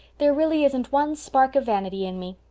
there really isn't one spark of vanity in me.